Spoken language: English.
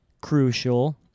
crucial